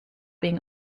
being